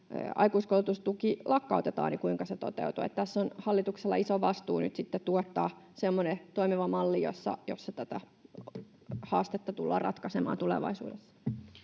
aikuiskoulutustuki lakkautetaan, se toteutuu. Tässä on hallituksella iso vastuu nyt sitten tuottaa semmoinen toimiva malli, jossa tätä haastetta tullaan ratkaisemaan tulevaisuudessa.